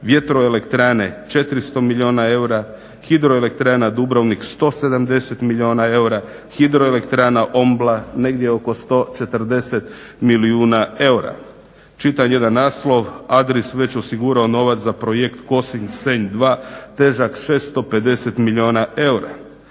vjetroelektrane 400 milijuna eura, hidroelektrana Dubrovnik 170 milijuna eura, hidroelektrana OMBLA negdje oko 140 milijuna eura. Čitam jedan naslov ADRIS već osigurao novac za projekt Kosinj-Senj 2 težak 650 milijuna eura.